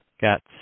Got